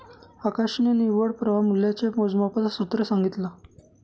आकाशने निव्वळ प्रवाह मूल्याच्या मोजमापाच सूत्र सांगितला